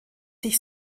sich